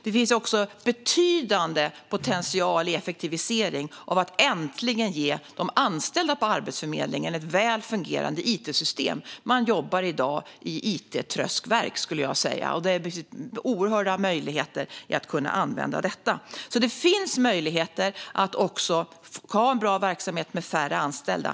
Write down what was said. Det finns också en betydande potential för effektivisering genom att de anställda på Arbetsförmedlingen äntligen får ett väl fungerande it-system. Man jobbar i dag i it-tröskverk, skulle jag säga. Det innebär oerhörda möjligheter att kunna använda det nya systemet. Det finns möjligheter att ha en bra verksamhet med färre anställda.